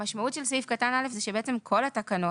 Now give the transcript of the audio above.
המשמעות של סעיף קטן (א) זה שבעצם כל התקנות